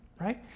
right